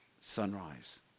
sunrise